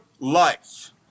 life